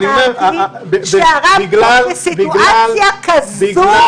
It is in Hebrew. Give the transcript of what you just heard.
אמרתי שהרב, בסיטואציה כזו,